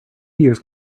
years